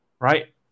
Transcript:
right